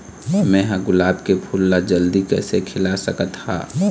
मैं ह गुलाब के फूल ला जल्दी कइसे खिला सकथ हा?